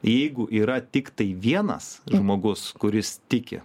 jeigu yra tiktai vienas žmogus kuris tiki